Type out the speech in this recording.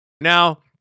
Now